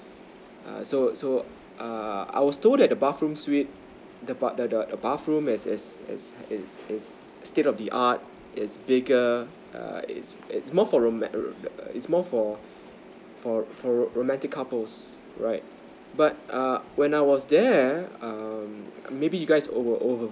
err so so err I was told that the bathroom suite the bath the the the bathroom is is is ins~ instead of the art it's bigger err it's it's more for roman~ is more for for for romantic couples right but err when I was there um maybe guys over over